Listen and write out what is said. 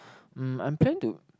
um I'm planning to